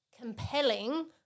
compelling